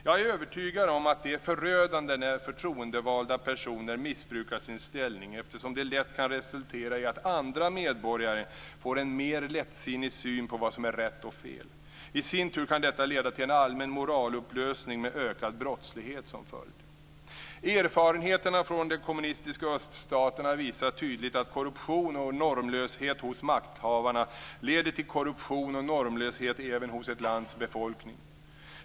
Jag är övertygad om att det är förödande när förtroendevalda personer missbrukar sin ställning, eftersom det lätt kan resultera i att andra medborgare får en mer lättsinnig syn på vad som är rätt och fel. Det kan i sin tur leda till en allmän moralupplösning med ökad brottslighet som följd. Erfarenheterna från de kommunistiska öststaterna visar tydligt att korruption och normlöshet hos makthavarna leder till korruption och normlöshet även hos ett lands befolkning.